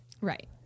Right